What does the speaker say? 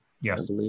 yes